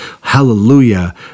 hallelujah